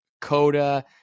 Coda